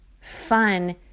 fun